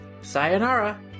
Sayonara